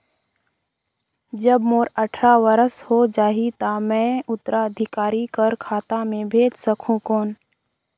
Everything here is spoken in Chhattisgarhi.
जब मोर अट्ठारह वर्ष हो जाहि ता मैं उत्तराधिकारी कर खाता मे भेज सकहुं कौन?